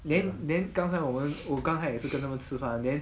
then then 刚才我们我刚也是跟他们吃饭 then